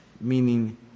meaning